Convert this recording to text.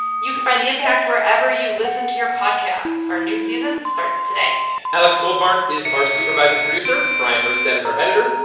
you can find the impact wherever you listen to your podcasts. our new season starts today alex goldmark is our supervising producer. bryant urstadt is our editor.